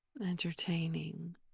entertaining